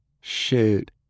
Shoot